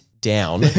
down